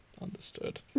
Understood